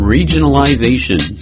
Regionalization